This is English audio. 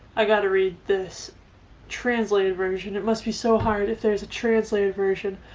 i've got to read this translated version, it must be so hard if there's a translated version.